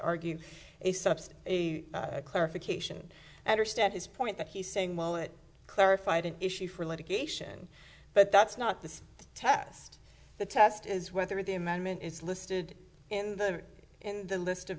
argue a substance a clarification i understand his point that he's saying well it clarified an issue for litigation but that's not the test the test is whether the amendment is listed in the or in the li